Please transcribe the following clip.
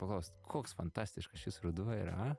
paklaust koks fantastiškas šis ruduo yra